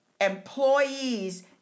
employees